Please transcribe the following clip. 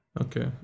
Okay